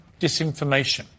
disinformation